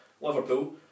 Liverpool